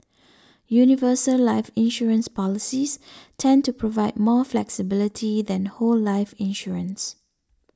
universal life insurance policies tend to provide more flexibility than whole life insurance